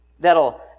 that'll